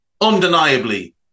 undeniably